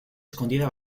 escondida